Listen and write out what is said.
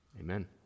amen